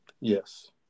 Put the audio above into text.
Yes